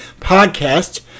Podcast